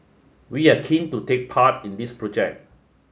we are keen to take part in this project